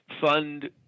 fund